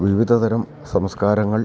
വിവിധതരം സംസ്കാരങ്ങൾ